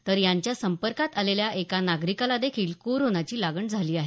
तर यांच्या संपर्कात आलेल्या एका नागरिकाला देखील कोरोनाची लागण झाली आहे